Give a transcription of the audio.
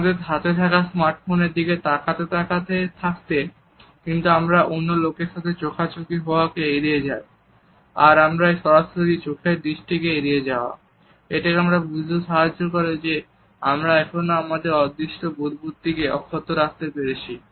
আমাদের হাতে থাকা স্মার্টফোনের দিকে তাকিয়ে থাকতে কিন্তু আমরা অন্য লোকের সাথে চোখাচোখি হওয়াকে এড়িয়ে যাই আর এই সরাসরি চোখের দৃষ্টি এড়িয়ে যাওয়া এটা আমাদেরকে বুঝতে সাহায্য করে যে আমরা এখনও আমাদের অদৃশ্য বুদবুদটিকে অক্ষত রাখতে পেরেছি